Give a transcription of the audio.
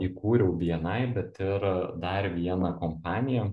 įkūriau bni bet ir dar vieną kompaniją